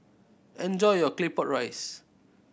enjoy your Claypot Rice